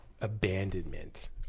abandonment